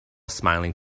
smiling